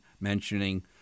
mentioning